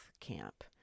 camp